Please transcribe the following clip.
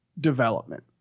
development